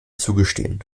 zugestehen